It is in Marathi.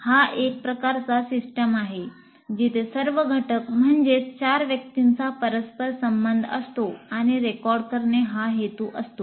हा एक प्रकारचा सिस्टम आहे जिथे सर्व घटक म्हणजेच चार व्यक्तींचा परस्पर संबंध असतो आणि रेकॉर्ड करणे हा हेतू असतो